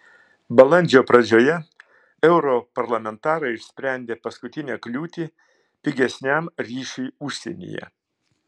balandžio pradžioje europarlamentarai išsprendė paskutinę kliūtį pigesniam ryšiui užsienyje